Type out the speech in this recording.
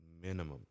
minimum